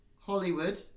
Hollywood